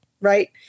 right